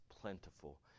plentiful